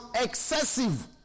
excessive